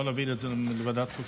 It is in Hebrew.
לא להעביר את זה לוועדת החוץ והביטחון?